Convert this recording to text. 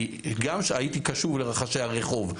כי גם הייתי קשוב לרחשי הרחוב,